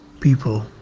people